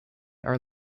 are